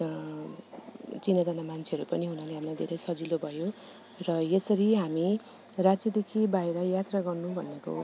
चिनाजाना मान्छेहरू पनि हुनाले हामीलाई धेरै सजिलो भयो र यसरी हामी राज्यदेखि बाहिर यात्रा गर्नु भनेको